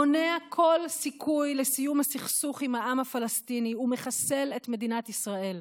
מונע כל סיכוי לסיום הסכסוך עם העם הפלסטיני ומחסל את מדינת ישראל.